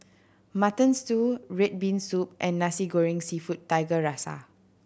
Mutton Stew red bean soup and Nasi Goreng Seafood Tiga Rasa